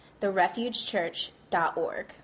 therefugechurch.org